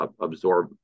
absorb